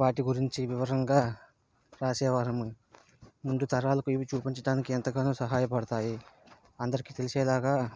వాటి గురించి వివరంగ రాసేవాళ్ళము ముందు తరాలకి ఇవి చూపించడానికి ఎంతగానో సహాయపడతాయి అందరికి తెలిసేలాగా